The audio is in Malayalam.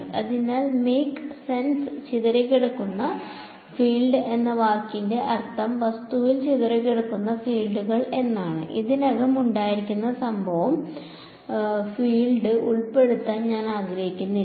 അതിനാൽ മേക്ക് സെൻസ് ചിതറിക്കിടക്കുന്ന ഫീൽഡ് എന്ന വാക്കിന്റെ അർത്ഥം വസ്തുവിനാൽ ചിതറിക്കിടക്കുന്ന ഫീൽഡുകൾ എന്നാണ് ഇതിനകം ഉണ്ടായിരുന്ന സംഭവ ഫീൽഡ് ഉൾപ്പെടുത്താൻ ഞാൻ ആഗ്രഹിക്കുന്നില്ല